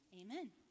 Amen